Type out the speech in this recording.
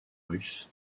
russes